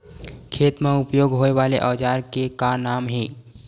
खेत मा उपयोग होए वाले औजार के का नाम हे?